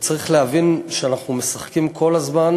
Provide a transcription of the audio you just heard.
וצריך להבין שאנחנו משחקים כל הזמן